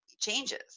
changes